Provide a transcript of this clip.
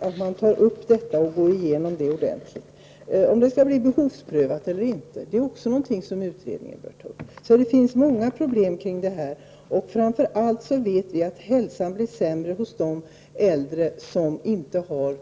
Frågan huruvida de kostnadsfria tandproteserna skall vara behovsprövade är också en sak som utredningen bör ta ställning till. Vi vet att hälsan blir sämre hos de äldre som inte har